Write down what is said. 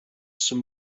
some